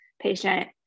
patient